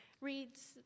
reads